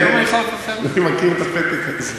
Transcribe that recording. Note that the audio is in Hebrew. היום אני יכול, אני מכיר את הפתק הזה.